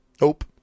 Nope